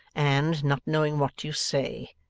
and, not knowing what you say,